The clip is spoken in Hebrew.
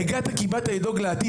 'הגעת כי באת לדאוג לעתיד,